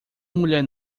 mulher